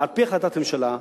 ועל-פי החלטת ממשלה,